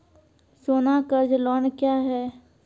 सोना कर्ज लोन क्या हैं?